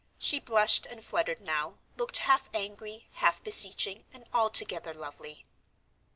she blushed and fluttered now, looked half angry, half beseeching, and altogether lovely.